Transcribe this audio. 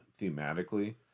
thematically